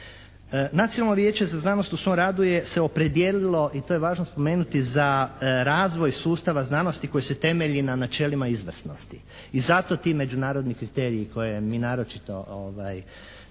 Nacionalno vijeće za znanost u svom radu se opredijelilo i to je važno spomenuti, za razvoj sustava znanosti koji se temelji na načelima izvrsnosti i zato ti međunarodni kriteriji koje mi naročito